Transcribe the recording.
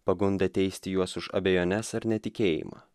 pagunda teisti juos už abejones ar netikėjimą